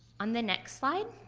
on the next slide,